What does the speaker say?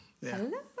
Hello